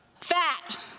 fat